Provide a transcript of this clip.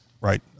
right